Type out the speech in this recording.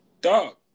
dog